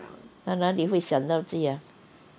他哪里会想到这样